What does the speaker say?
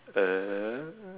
uh